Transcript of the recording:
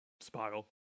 spiral